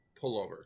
pullover